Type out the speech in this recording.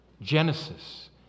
Genesis